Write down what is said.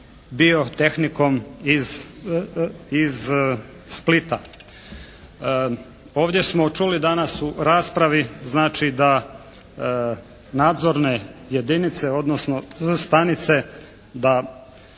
Bio tehnikom iz Splita. Ovdje smo čuli danas u raspravi znači da nadzorne jedinice, odnosno stanice da